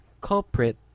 culprit